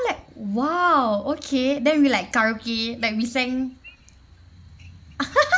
I'm like !wow! okay then we like karaoke like we sang